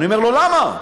אני אומר לו: למה?